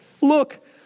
Look